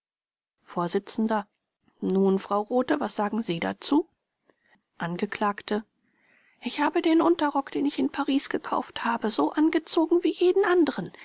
vors nun frau rothe was sagen sie dazu angekl ich habe den unterrock den ich in paris gekauft habe so angezogen wie jeden anderen